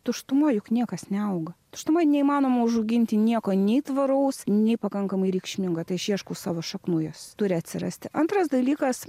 tuštumoj juk niekas neauga tuštumoj neįmanoma užauginti nieko nei tvaraus nei pakankamai reikšmingo tai aš ieškau savo šaknų jos turi atsirasti antras dalykas